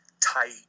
tight